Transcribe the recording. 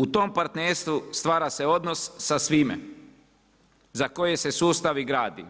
U tom partnerstvu stvara se odnos sa svime za koje se sustav i gradi,